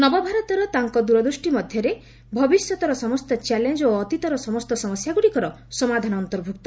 ନବଭାରତର ତାଙ୍କ ଦୂରଦୂଷ୍ଟି ମଧ୍ୟରେ ଭବିଷ୍ୟତର ସମସ୍ତ ଚ୍ୟାଲେଞ୍ଜ ଓ ଅତୀତର ସମସ୍ତ ସମସ୍ୟାଗୁଡ଼ିକର ସମାଧାନ ଅନ୍ତର୍ଭୁକ୍ତ